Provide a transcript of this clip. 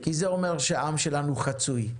כי זה אומר שהעם שלנו חצוי.